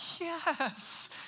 yes